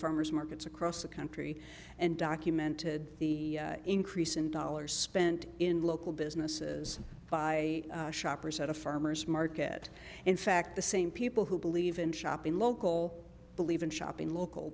farmers markets across the country and documented the increase in dollars spent in local businesses by shoppers at a farmers market in fact the same people who believe in shopping local believe in shopping local